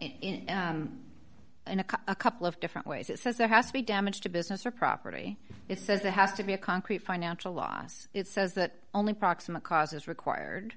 it in a cut a couple of different ways it says there has to be damage to business or property it says it has to be a concrete financial loss it says that only proximate cause is required